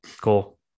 cool